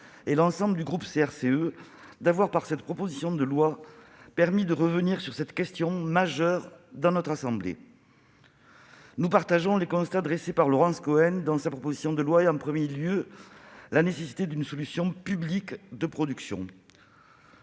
et l'ensemble du groupe CRCE d'avoir, par cette proposition de loi, permis de revenir, dans cette assemblée, sur cette question majeure. Nous partageons les constats dressés par Laurence Cohen dans sa proposition de loi, notamment la nécessité d'une solution publique de production.